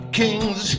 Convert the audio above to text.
kings